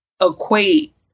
equate